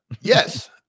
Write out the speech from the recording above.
yes